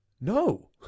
no